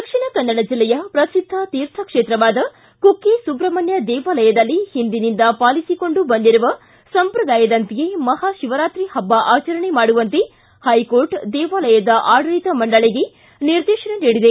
ದಕ್ಷಿಣ ಕನ್ನಡ ಜಿಲ್ಲೆಯ ಪ್ರಸಿದ್ದ ತೀರ್ಥಕ್ಷೇತ್ರವಾದ ಕುಕ್ಕೆ ಸುಬ್ರಮಣ್ಯ ದೇವಾಲಯದಲ್ಲಿ ಹಿಂದಿನಿಂದ ಪಾಲಿಸಿಕೊಂಡು ಬಂದಿರುವ ಸಂಪ್ರದಾಯದಂತೆಯೇ ಮಹಾಶಿವರಾತ್ರಿ ಹಬ್ಬ ಆಚರಣೆ ಮಾಡುವಂತೆ ಹೈಕೋರ್ಟ್ ದೇವಾಲಯದ ಆಡಳಿತ ಮಂಡಳಿಗೆ ನಿರ್ದೇಶನ ನೀಡಿದೆ